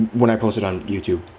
when i post it on youtube.